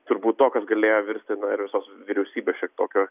turbūt to kas galėjo virsti na ir visos vyriausybėse čia tokio